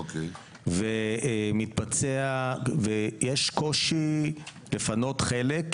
יש קושי לפנות חלק,